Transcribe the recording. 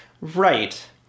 Right